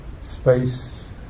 space